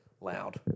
loud